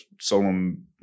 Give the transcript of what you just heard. solemn